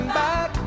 back